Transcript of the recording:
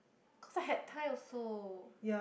cause I had time also